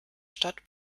stadt